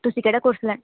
ਤੁਸੀਂ ਕਿਹੜਾ ਕੋਰਸ ਲੈ